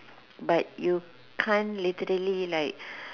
but you can't literally like